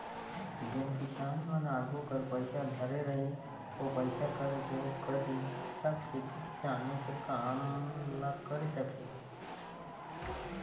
जेन किसान मन आघु कर पइसा धरे रही ओ पइसा कर उपयोग करही तब खेती किसानी कर काम ल करे सकही